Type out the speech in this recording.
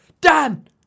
Dan